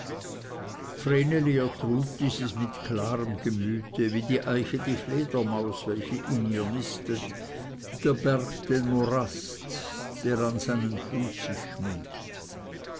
er trug dieses mit klarem gemüte wie die eiche die fledermaus welche in ihr nistet der berg den morast der an seinen fuß sich schmiegt